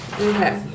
Okay